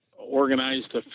organized